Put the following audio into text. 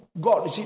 God